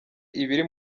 ibiri